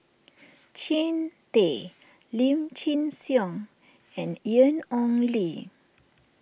Jean Tay Lim Chin Siong and Ian Ong Li